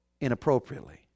inappropriately